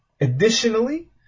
additionally